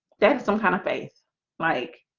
there is some kind of faith like